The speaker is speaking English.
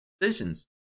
decisions